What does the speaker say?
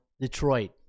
Detroit